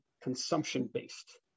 consumption-based